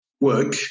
work